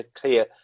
clear